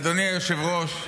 אדוני היושב-ראש,